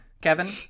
Kevin